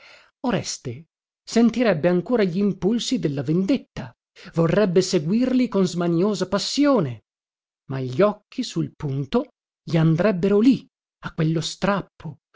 oreste sentirebbe ancora glimpulsi della vendetta vorrebbe seguirli con smaniosa passione ma gli occhi sul punto gli andrebbero lì a quello strappo